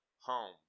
home